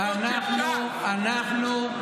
מה, אנחנו לא יודעים?